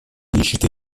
нищеты